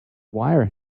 wire